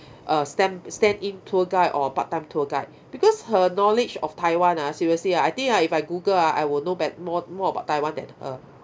a stand stand in tour guide or part time tour guide because her knowledge of taiwan ah seriously ah I think ah if I google ah I will know be~ more more about taiwan than her